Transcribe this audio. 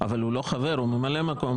אבל הוא לא חבר, הוא ממלא מקום.